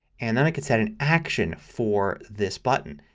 and then i can set an action for this button.